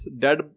dead